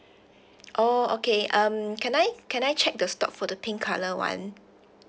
oh okay um can I can I check the stock for the pink colour [one]